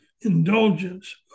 Indulgence